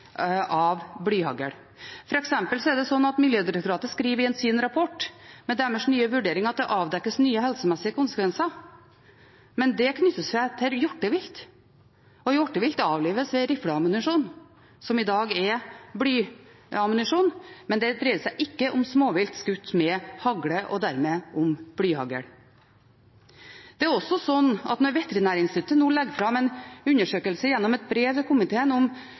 avdekkes nye helsemessige konsekvenser. Men det knytter seg til hjortevilt, og hjortevilt avlives ved rifleammunisjon, som i dag er blyammunisjon. Det dreier seg ikke om småvilt skutt med hagle, og dermed om blyhagl. Når Veterinærinstituttet nå legger fram en undersøkelse gjennom et brev til komiteen om